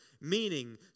Meaning